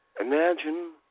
Imagine